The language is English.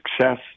success